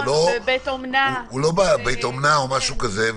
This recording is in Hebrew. בית אמנה או משהו כזה,